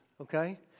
okay